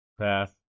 Pass